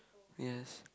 yes